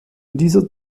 dieser